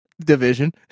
Division